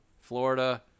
Florida